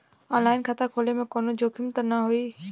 आन line खाता खोले में कौनो जोखिम त नइखे?